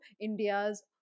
India's